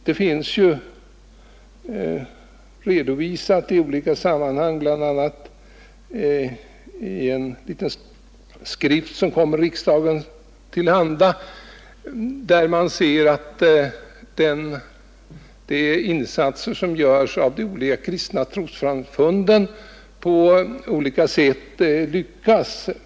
Det har i olika sammanhang redovisats — bl.a. i en liten skrift som kommit riksdagsledamöterna till handa — att de insatser som görs av de olika kristna trossamfunden på olika sätt lyckas.